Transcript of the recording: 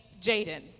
Jaden